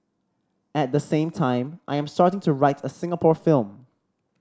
at the same time I am starting to write a Singapore film